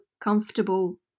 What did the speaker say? comfortable